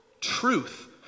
truth